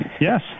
yes